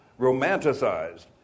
romanticized